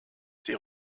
sie